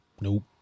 Nope